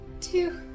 two